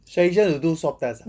station to do swab test ah